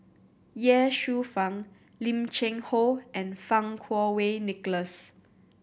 Ye Shufang Lim Cheng Hoe and Fang Kuo Wei Nicholas